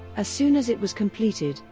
as soon as it was completed,